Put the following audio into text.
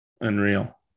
Unreal